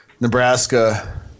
Nebraska